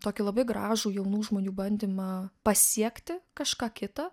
tokį labai gražų jaunų žmonių bandymą pasiekti kažką kitą